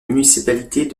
municipalités